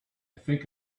think